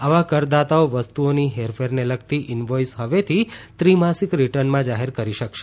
આવા કરદાતાઓ વસ્તુઓની હેરફેરને લગતી ઇનવોઇસ હવેથી ત્રિમાસિક રિટર્નમાં જાહેર કરી શકશે